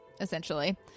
essentially